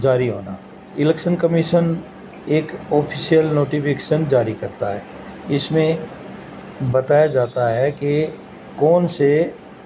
جاری ہونا election commission ایک آفیشیل نوٹیفیکیشن جاری کرتا ہے اس میں بتایا جاتا ہے کہ کون سے